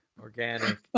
organic